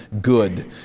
good